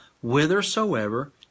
whithersoever